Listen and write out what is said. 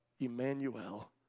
Emmanuel